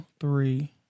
three